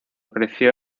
creció